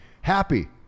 happy